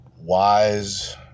Wise